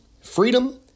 freedom